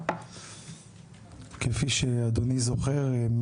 כפי שאדוני זוכר,